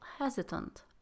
hesitant